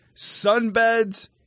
sunbeds